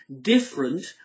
different